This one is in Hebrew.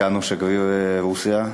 אתנו שגריר רוסיה.